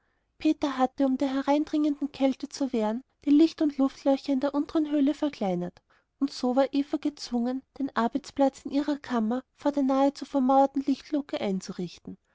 peter hatte um der hereindringenden kälte zu wehren die licht und luftlöcher in der unteren höhle verkleinert und so war eva gezwungen den arbeitsplatz in ihrer kammer vor der nahezu vermauerten lichtluke einzurichten